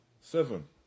seven